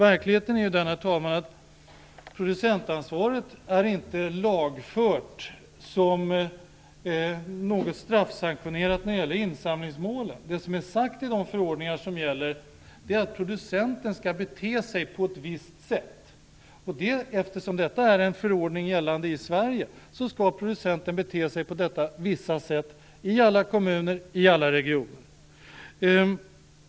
Verkligheten är den att producentansvaret inte är lagreglerat som något straffsanktionerat när det gäller insamlingsmålet. Det som är sagt i de förordningar som gäller är att producenten skall bete sig på ett viss sätt. Eftersom detta är en förordning gällande i Sverige skall producenten på detta bestämda sätt i alla kommuner och i alla regioner.